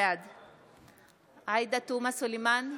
בעד עאידה תומא סלימאן,